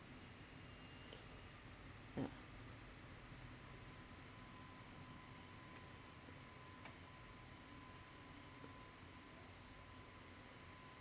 yup